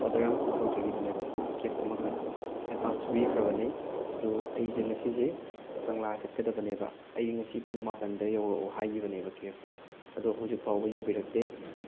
order ꯑꯃꯈꯛ ꯇꯧꯖꯒꯤꯕꯅꯦꯕ cap ꯑꯃꯈꯛ ꯑꯦꯗꯚꯥꯟꯁꯁꯨ ꯄꯤꯈ꯭ꯔꯕꯅꯤ ꯑꯗꯨ ꯑꯩꯁꯤ ꯉꯁꯤꯁꯦ ꯀꯪꯂꯥ ꯆꯠꯀꯗꯕꯅꯦꯕ ꯑꯩ ꯉꯁꯤ ꯄꯨꯡ ꯃꯥꯄꯟꯗ ꯌꯧꯔꯛꯑꯣ ꯍꯥꯏꯒꯤꯕꯅꯦꯕ ꯀꯦꯞꯇꯣ ꯑꯗꯨ ꯍꯧꯖꯤꯛꯐꯥꯎꯕ ꯌꯧꯕꯤꯔꯛꯇꯦ